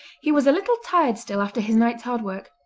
he was a little tired still after his night's hard work,